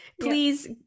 please